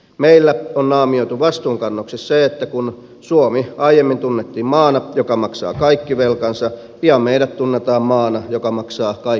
meillä on naamioitu vastuunkannoksi se että kun suomi aiemmin tunnettiin maana joka maksaa kaikki velkansa pian meidät tunnetaan maana joka maksaa kaikkien velat